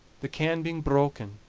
the can being broken,